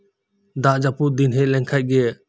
ᱫᱟᱜ ᱡᱟᱹᱯᱩᱛ ᱫᱤᱱ ᱦᱮᱡ ᱞᱮᱱᱠᱷᱟᱱᱜᱤ